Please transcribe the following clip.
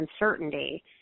uncertainty